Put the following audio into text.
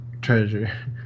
treasure